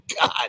God